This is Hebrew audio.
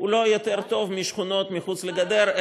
לא יותר טוב מאשר בשכונות שמחוץ לגדר,